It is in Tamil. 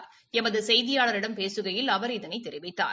ளமது செய்தியாளரிடம் பேசுகையில் அவர் இதனை தெரிவித்தார்